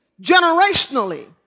generationally